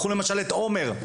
קחו למשל את עומר.